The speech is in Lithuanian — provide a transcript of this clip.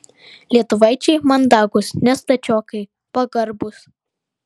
lietuvaičiai mandagūs ne stačiokai pagarbūs